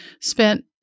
spent